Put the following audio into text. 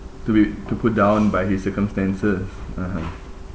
to be to put down by his circumstances (uh huh)